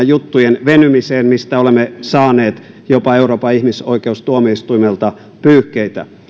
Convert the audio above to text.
juttujen venymiseen mistä olemme saaneet jopa euroopan ihmisoikeustuomioistuimelta pyyhkeitä